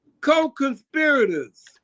co-conspirators